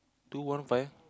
two one five